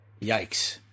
yikes